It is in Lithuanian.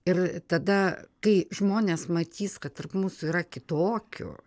ir tada kai žmonės matys kad tarp mūsų yra kitokių